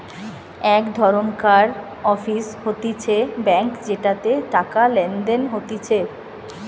এক ধরণকার অফিস হতিছে ব্যাঙ্ক যেটাতে টাকা লেনদেন হতিছে